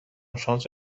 شانس